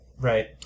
Right